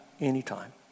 anytime